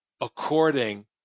according